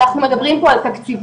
אנחנו מדברים פה על תקציבים,